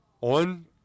on